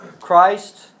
Christ